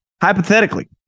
hypothetically